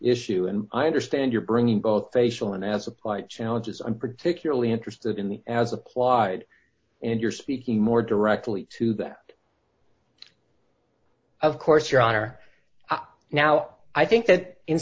issue and i understand you're bringing both facial and as applied challenges i'm particularly interested in the as applied and you're speaking more directly to that of course your honor now i think that in